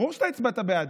ברור שאתה הצבעת בעד.